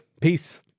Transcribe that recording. Peace